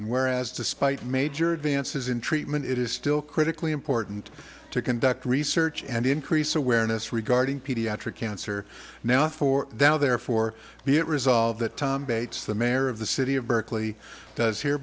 whereas despite major advances in treatment it is still critically important to conduct research and increase awareness regarding pediatric cancer now for now therefore be it resolved that tom bates the mayor of the city of berkeley does here